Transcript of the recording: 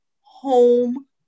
home